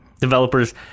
developers